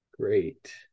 Great